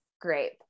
great